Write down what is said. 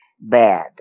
bad